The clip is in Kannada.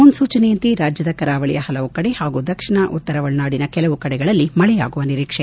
ಮುನ್ನೂಚನೆಯಂತೆ ರಾಜ್ಯದ ಕರಾವಳಿಯ ಪಲವು ಕಡೆ ಹಾಗೂ ದಕ್ಷಿಣ ಉತ್ತರ ಒಳನಾಡಿನ ಕೆಲವು ಕಡೆಗಳಲ್ಲಿ ಮಳೆಯಾಗುವ ನಿರೀಕ್ಷೆ